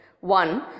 one